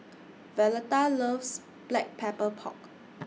Violeta loves Black Pepper Pork